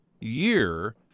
year